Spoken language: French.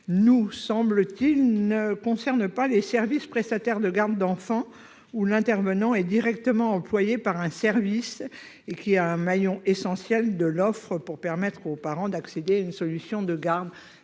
nous semble-t-il, ne concerne pas les services prestataires de garde d'enfants ou l'intervenant et directement employé par un service et qui a un maillon essentiel de l'offre pour permettre aux parents d'accéder une solution de garde,